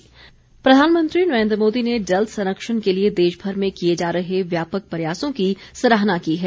मन की बात प्रधानमंत्री नरेन्द्र मोदी ने जल संरक्षण के लिए देशभर में किए जा रहे व्यापक प्रयासों की सराहना की है